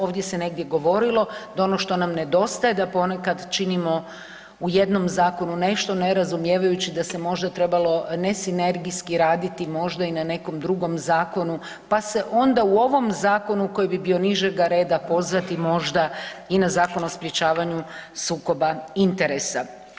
Ovdje se negdje govorilo da ono što nam nedostaje da ponekad činimo u jednom zakonu nešto ne razumijevajući da se možda trebalo ne sinergijski raditi možda i na nekom drugom zakonu pa se onda u ovom zakonu koji bi bio nižega reda pozvati možda i na Zakon o sprječavanju sukoba interesa.